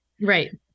Right